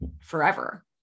forever